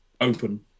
open